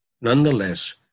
nonetheless